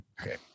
Okay